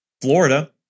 Florida